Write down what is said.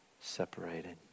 separated